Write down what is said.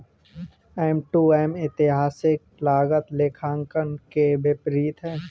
M to M ऐतिहासिक लागत लेखांकन के विपरीत है